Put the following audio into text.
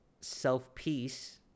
self-peace